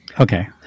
Okay